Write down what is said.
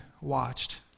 watched